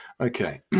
Okay